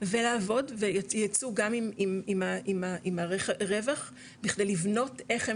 ולעבוד וייצאו גם עם מערכת רווח בכדי לבנות איך הם